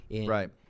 Right